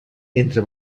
entre